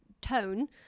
tone